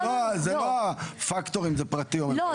אז זה לא הפקטור אם זה פרטי או לא.